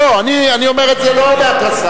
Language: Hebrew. אני אומר את זה לא בהתרסה,